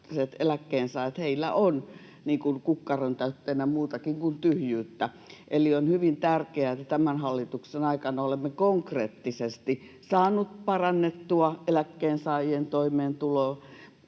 eläkkeensaajilla on kukkarontäytteenä muutakin kuin tyhjyyttä. Eli on hyvin tärkeää, että tämän hallituksen aikana olemme konkreettisesti saaneet parannettua eläkkeensaajien toimeentuloa,